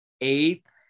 eighth